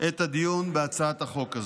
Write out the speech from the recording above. את הדיון בהצעת החוק הזאת.